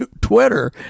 twitter